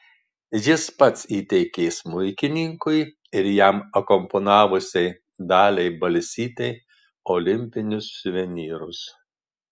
jis pats įteikė smuikininkui ir jam akompanavusiai daliai balsytei olimpinius suvenyrus